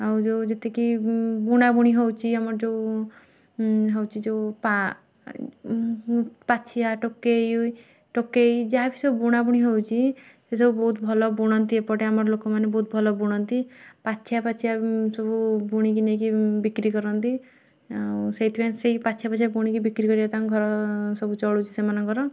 ଆଉ ଯେଉଁ ଯେତିକି ବୁଣାବୁଣି ହେଉଛି ଆମର ଯେଉଁ ହେଉଛି ଯେଉଁ ପାଛିଆ ଟୋକେଇ ଟୋକେଇ ଯାହାବି ସବୁ ବୁଣାବୁଣି ହେଉଛି ସେସବୁ ବହୁତ୍ ଭଲ ବୁଣନ୍ତି ଏପଟେ ଆମର ଲୋକମାନେ ବହୁତ୍ ଭଲ ବୁଣନ୍ତି ପାଛିଆ ପାଛିଆ ସବୁ ବୁଣିକି ନେଇକି ବିକ୍ରି କରନ୍ତି ଆଉ ସେଇଥିପାଇଁ ସେଇ ପାଛିଆ ପାଛିଆ ବୁଣିକି ବିକ୍ରି କରିବା ତାଙ୍କର ଘର ସବୁ ଚଳୁଛି ସେମାନଙ୍କର